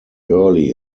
early